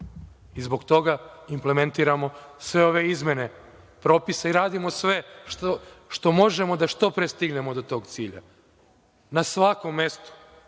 ne. Zbog toga implementiramo sve ove izmene, propise i radimo sve što možemo da što pre stignemo do tog cilja. Na svakom mestu